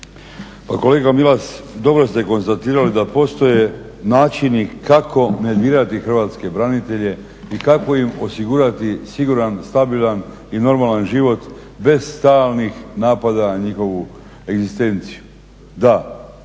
Kolega Milas, dobro ste konstatirali da postoje načini kako nervirati Hrvatske branitelje i kako im osigurati siguran, stabilan i normalan život bez stalnih napada na njihovu egzistenciju. Da,